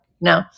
no